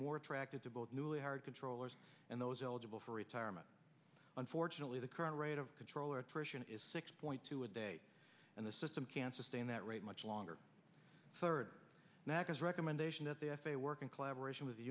more attracted to both newly hired controllers and those eligible for retirement unfortunately the current rate of controller attrition is six point two a day and the system can't sustain that rate much longer third macas recommendation that the f a work in collaboration with the